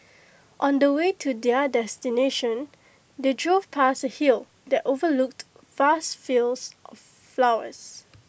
on the way to their destination they drove past A hill that overlooked vast fields of flowers